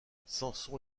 samson